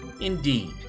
indeed